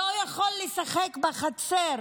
לא יכול לשחק בחצר